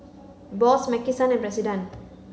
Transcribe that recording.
Bose Maki San and President